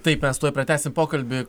taip mes tuoj pratęsime pokalbį